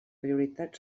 prioritat